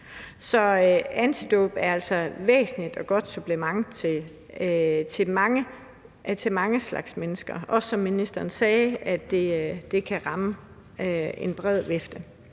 Danmark er altså et væsentligt og godt supplement til mange slags mennesker, og som ministeren også sagde, kan det ramme en bred vifte.